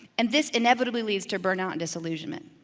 and this inevitably leads to burnout and disillusionment.